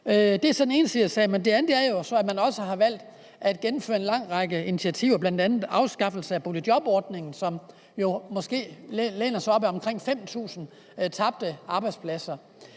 Men den anden side af sagen er jo, at man også har valgt at gennemføre en lang række initiativer, bl.a. afskaffelse af boligjobordningen, og det læner sig op ad omkring 5.000 tabte arbejdspladser.